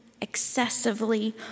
excessively